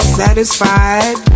satisfied